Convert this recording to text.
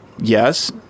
Yes